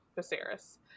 Viserys